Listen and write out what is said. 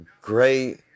great